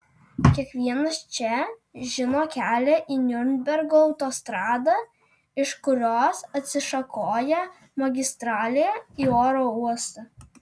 kiekvienas čia žino kelią į niurnbergo autostradą iš kurios atsišakoja magistralė į oro uostą